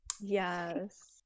Yes